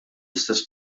istess